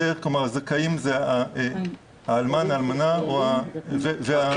בדרך כלל זכאים האלמן, האלמנה והילדים.